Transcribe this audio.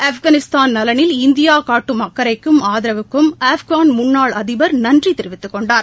ஆப்கானிஸ்தான் நலனில் இந்தியாகாட்டும் அக்கறைக்கும் ஆதரவுக்கும் ஆப்கான் முன்னாள் அதிடர் நன்றிதெரிவித்துக் கொண்டார்